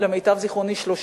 למיטב זיכרוני,